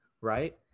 right